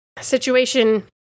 situation